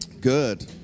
Good